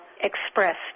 expressed